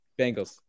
Bengals